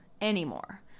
anymore